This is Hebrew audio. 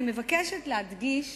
אני מבקשת להדגיש